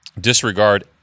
disregard